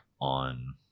on